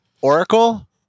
Oracle